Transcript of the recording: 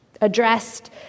addressed